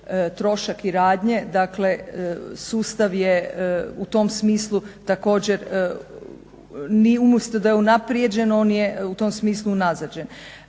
trošak i radnje. Dakle sustav je u tom smislu također, umjesto da je unaprijeđen on je u tom smislu unazađen.